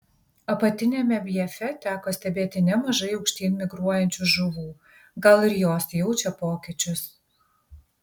apatiniame bjefe teko stebėti nemažai aukštyn migruojančių žuvų gal ir jos jaučia pokyčius